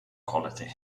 quality